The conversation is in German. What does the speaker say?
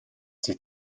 sich